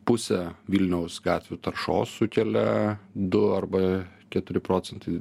pusę vilniaus gatvių taršos sukelia du arba keturi procentai